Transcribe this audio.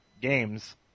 games